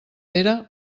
pere